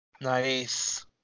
Nice